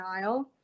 Nile